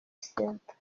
centre